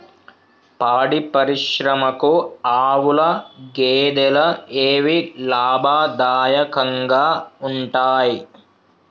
పాడి పరిశ్రమకు ఆవుల, గేదెల ఏవి లాభదాయకంగా ఉంటయ్?